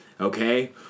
okay